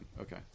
Okay